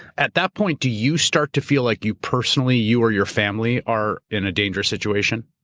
at that point, do you start to feel like you personally, you or your family are in a dangerous situation?